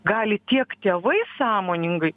gali tiek tėvai sąmoningai